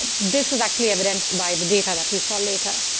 this was actually evidenced by the data that we saw later.